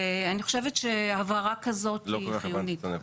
ואני חושבת שהבהרה כזאת היא חיונית.